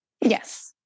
Yes